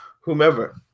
whomever